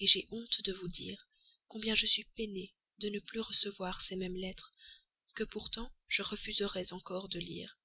j'ai honte de vous dire combien je suis peinée de ne plus recevoir ces mêmes lettres que pourtant je refuserais encore de lire